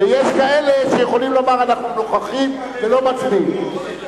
ויש כאלה שיכולים לומר, אנחנו נוכחים ולא מצביעים.